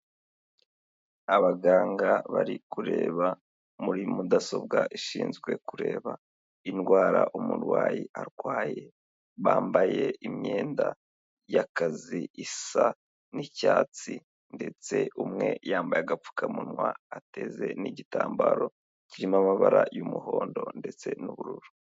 Abaganga bari kureba muri mudasobwa ishinzwe kureba indwara umurwayi arwaye, bambaye imyenda y'akazi isa n'icyatsi ndetse umwe yambaye agapfukamunwa ateze n'igitambaro kirimo amabara' yumuhondo ndetse n'ubururu.